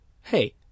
hey